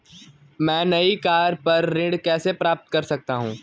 मैं नई कार पर ऋण कैसे प्राप्त कर सकता हूँ?